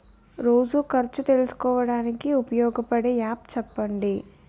రోజు ఖర్చు తెలుసుకోవడానికి ఉపయోగపడే యాప్ చెప్పండీ?